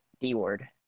D-word